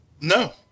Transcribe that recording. No